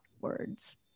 words